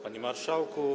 Panie Marszałku!